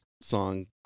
song